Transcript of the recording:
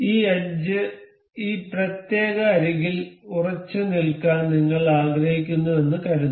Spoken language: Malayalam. ഈ എഡ്ജ് ഈ പ്രത്യേക അരികിൽ ഉറച്ചുനിൽക്കാൻ നിങ്ങൾ ആഗ്രഹിക്കുന്നുവെന്ന് കരുതുക